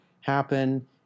happen